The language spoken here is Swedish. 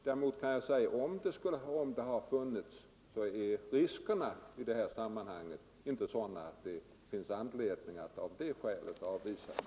Däremot kan jag säga att om så hade varit fallet var riskerna ändå inte av det slaget att det hade funnits anledning att av det skälet avvisa fartygen.